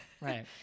Right